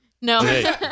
No